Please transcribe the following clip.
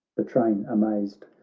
the train, amazed,